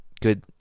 good